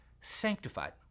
sanctified